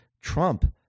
Trump